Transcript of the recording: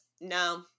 no